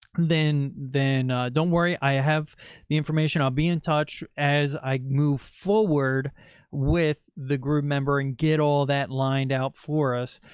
then, then don't worry. i have the information i'll be in touch as i move forward with the groovemembers and get all that lined out for us.